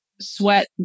sweat